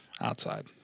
outside